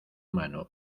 mano